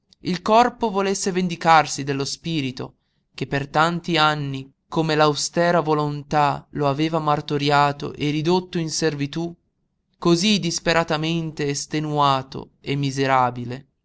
il corpo volesse vendicarsi dello spirito che per tanti anni con l'austera volontà lo aveva martoriato e ridotto in servitù cosí disperatamente estenuato e miserabile